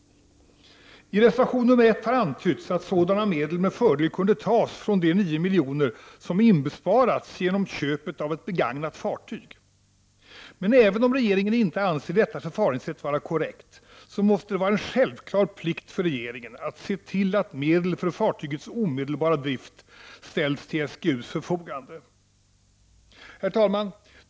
I reservation nr 1 har antytts att sådana medel med fördel borde kunna tas från de 9 milj.kr. som inbesparats genom att det var ett begagnat fartyg som inköptes. Men även om regeringen inte anser detta förfaringssätt vara korrekt, måste det vara en självklar plikt för regeringen att se till att medel för fartygets omedelbara drift ställs till SGU:s förfogande.